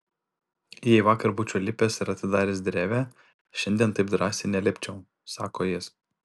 jei vakar būčiau lipęs ir atidaręs drevę šiandien taip drąsiai nelipčiau sako jis